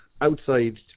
outside